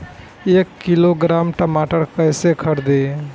एक किलोग्राम टमाटर कैसे खरदी?